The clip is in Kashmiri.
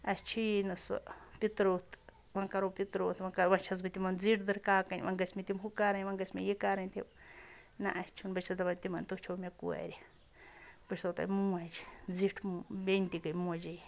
اَسہِ چھی نہٕ سُہ پِتروٚت وَنۍ کَرو پِتروٚت وَنۍ کَر وَنۍ چھَس بہٕ تِمَن زِٹھ دٕرکاکٕنۍ وَنۍ گٔژھ مےٚ تِم ہُہ کَرٕنۍ وَنۍ گژھِ مے یہِ کَرٕنۍ تِم نہ اَسہِ چھُنہٕ بہٕ چھَس دَپان تِمَن تُہۍ چھٕو مےٚ کورِ بہٕ چھسو تۄہہِ موج زِٹھ بیٚنہِ تہِ گٔے موجی